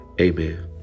Amen